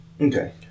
Okay